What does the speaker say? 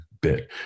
bit